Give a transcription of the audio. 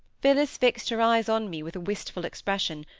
phillis fixed her eyes on me with a wistful expression,